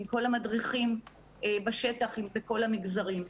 עם כל המדריכים בשטח בכל המגזרים.